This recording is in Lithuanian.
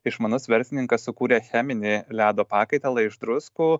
išmanus verslininkas sukūrė cheminį ledo pakaitalą iš druskų